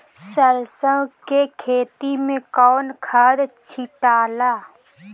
सरसो के खेती मे कौन खाद छिटाला?